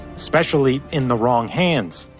especially in the wrong hands.